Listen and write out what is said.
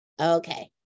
Okay